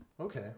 Okay